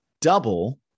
double